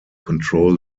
control